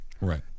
Right